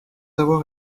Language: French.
avoir